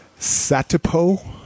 Satipo